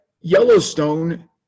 Yellowstone